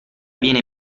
viene